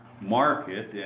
market